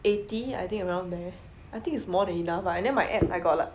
eighty I think around there I think is more than enough lah and then my apps I got like